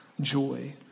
joy